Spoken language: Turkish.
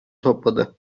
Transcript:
topladı